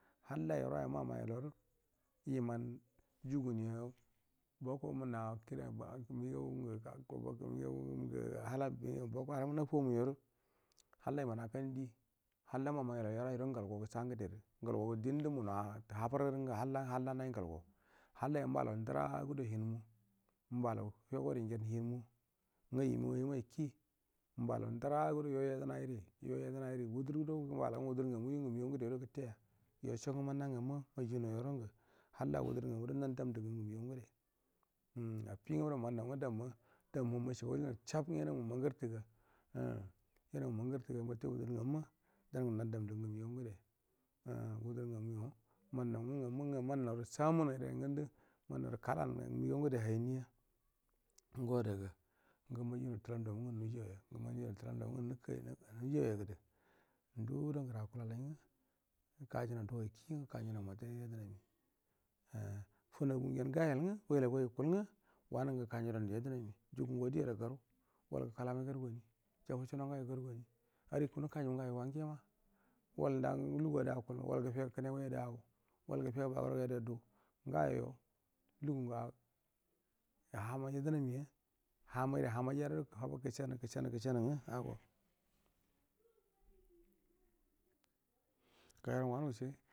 Halla yerwa yo mau maya lau waru imaill juguni a bok munna kid aba a migau ngu boko haram nafo mu your halla iman akan yodi halla mau yayaku yarwa rungal go ga sangudera ngan go gudindu munau wa habur aru ngu halla halla naji ngal go hallo yo mba lau ndu ragodo tuinmu mba lau hi goro gohin mu um gayi mu wa yi mai kie malau ndura gadi yo yadnairi yo yednairi wudur gudo walau ngu wudur nga mu yo wadur ngu migau ngade do gutte yay o songu munnagan mma maja naa yoron gu halla wundur ngaku do nan dam du guu ngu migau ngude. Um affi nga mudo man nau nga dam ma damu humushabali nau shaff ngu yina mu man gur tu ga a yana mu mun gurtu ga watte wudar ngumma dan gu nan dam du ga ngel migau ngude a wudur nga muyo man nau nga ngamma man mamu u samun aya ran gandu man nau ru kalan ma mi gau ngade haiyi n nuya nguwadaga nga maja nau tei lam nda mu ngel nu jau ya angel majel nai dulama udamu nga nuk kai ngel gaji and du goi kie ngu kanjinau madai ru yedna mia funa gun gen ga gel ngu wula gu wa ikul ngu wanun ga gukon ju dandu yednami hugu ngo di ada garu wai gakul amai garu gani jafu sun a ngau yo garu ari ga nu kaji mu ngau go wange ma goi nela lugu ada akul gal ga fe ga kine gai ada all gal ggufe gu baba ra gai ala du ngago lugun gel aha mai yedna mia hamai rai haman jarai do kall gasonu gusanu gasanu gusamu ngu ago ga yorongu wanu wucce.